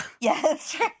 Yes